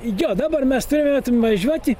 jo dabar mes turėtum važiuoti